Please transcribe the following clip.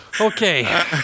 Okay